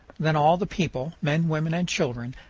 then all the people, men, women, and children,